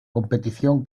competición